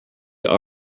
are